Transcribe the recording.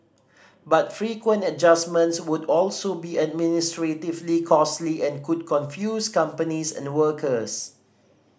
but frequent adjustments would also be administratively costly and could confuse companies and workers